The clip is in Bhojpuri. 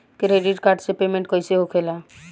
क्रेडिट कार्ड से पेमेंट कईसे होखेला?